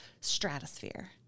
stratosphere